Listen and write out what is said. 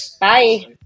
Bye